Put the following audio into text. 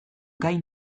gai